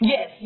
Yes